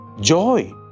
joy